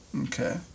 okay